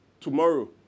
tomorrow